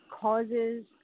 causes